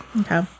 Okay